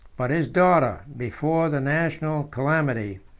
but his daughter, before the national calamity,